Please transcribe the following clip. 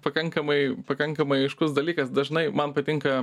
pakankamai pakankamai aiškus dalykas dažnai man patinka